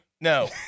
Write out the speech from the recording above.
No